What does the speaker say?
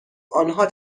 آنها